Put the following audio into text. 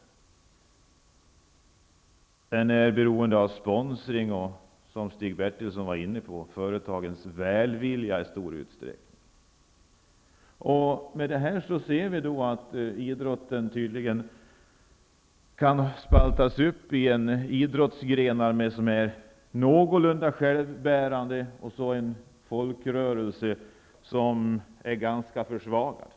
Idrotten är i stor utsträckning beroende av sponsring och, som Stig Bertilsson var inne på, företagens välvilja. Idrotten kan tydligen spaltas upp i idrottsgrenar som är någorlunda självbärande och en folkrörelse som är ganska försvagad.